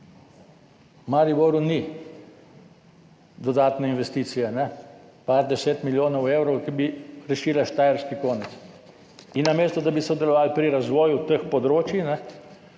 Mariboru ni dodatne investicije, par 10 milijonov evrov, ki bi rešila štajerski konec, in namesto da bi sodelovali pri razvoju teh področij,